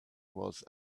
was